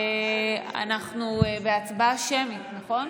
אנחנו בהצבעה שמית, נכון?